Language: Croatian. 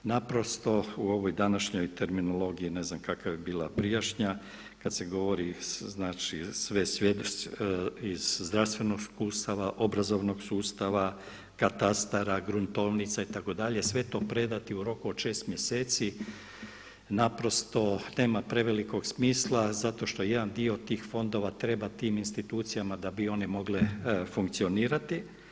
Naprosto u ovoj današnjoj terminologiji, ne znam kakva je bila prijašnja, kada se govori iz zdravstvenog sustava, obrazovanog sustava, katastara, gruntovnica itd. sve to predati u roku od šest mjeseci, naprosto nema prevelikog smisla zato što jedan dio tih fondova treba tim institucijama da bi one mogle funkcionirati.